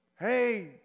Hey